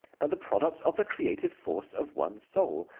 but the product of the creative force of one soul,